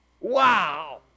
Wow